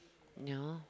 and no